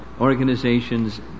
organizations